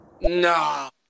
No